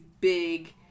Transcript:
big